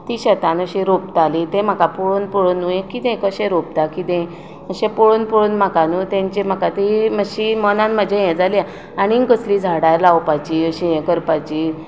तीं शेतांत अशीं रोंपतालीं तें म्हाका पळोवन पळोवनय कितें कशें रोंपता अशें पळोवन पळोवन म्हाका न्हू तेचें म्हाका ती मनांत म्हजें हें जाली आनी कसलीं झाडां लावपाचीं अशीं हें करपाचीं